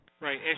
Right